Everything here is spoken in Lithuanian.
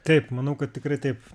taip manau kad tikrai taip